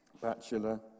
Bachelor